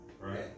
right